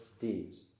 deeds